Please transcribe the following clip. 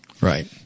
Right